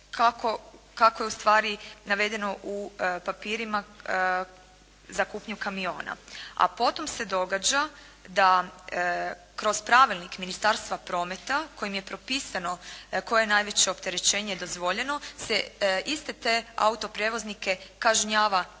kako je ustvari navedeno u papirima za kupnju kamiona. A potom se događa da kroz pravilnik Ministarstva prometa, kojim je propisano, koje je najveće opterećenje se iste te autoprijevoznike kažnjava na